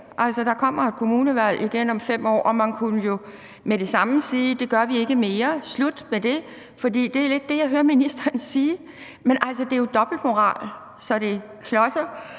Der kommer et kommunalvalg igen om 4 år, og man kunne jo med det samme sige, at det gør vi ikke mere, slut med det. For det er lidt det, jeg hører ministeren sige. Men altså, det er jo dobbeltmoral, så det klodser.